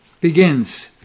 begins